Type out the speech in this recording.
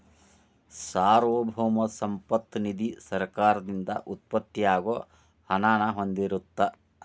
ಸಾರ್ವಭೌಮ ಸಂಪತ್ತ ನಿಧಿ ಸರ್ಕಾರದಿಂದ ಉತ್ಪತ್ತಿ ಆಗೋ ಹಣನ ಹೊಂದಿರತ್ತ